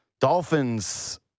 Dolphins